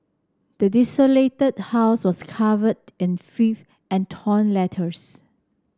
the desolated house was covered in filth and torn letters